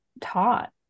taught